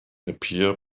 appear